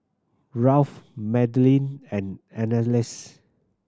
Ralph Madelyn and Anneliese